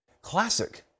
classic